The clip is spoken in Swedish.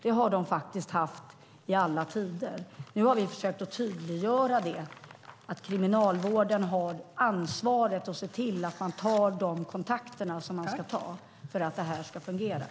Det har de faktiskt haft i alla tider. Nu har vi försökt tydliggöra att kriminalvården har ansvaret att se till att man tar de kontakter som ska tas för att det här ska fungera.